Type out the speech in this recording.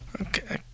Okay